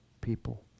people